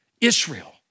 Israel